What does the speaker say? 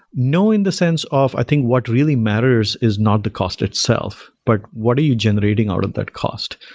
knowing the sense of, i think, what really matters is not the cost itself. but what are you generating out of that cost?